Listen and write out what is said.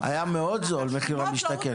היה מאוד זול, מחיר למשתכן.